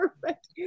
Perfect